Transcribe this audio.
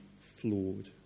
flawed